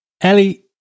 Ellie